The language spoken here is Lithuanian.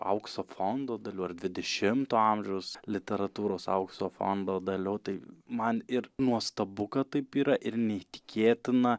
aukso fondo dalių ar dvidešimto amžiaus literatūros aukso fondo dalių tai man ir nuostabu kad taip yra ir neįtikėtina